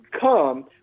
come